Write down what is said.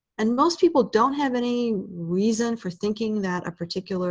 and most people don't have any reason for thinking that a particular